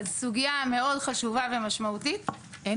אז סוגייה מאוד חשובה ומשמעותית --- אין